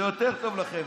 זה יותר טוב לכם.